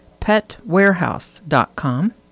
PetWarehouse.com